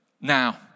Now